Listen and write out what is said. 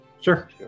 Sure